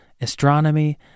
Astronomy